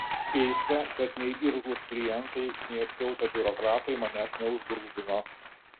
keista bet nei irzlūs klientai nei apkiautę biurokratai manęs neužgrūdino